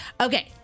Okay